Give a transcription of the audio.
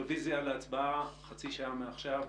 רביזיה על ההצבעה חצי שעה מעכשיו.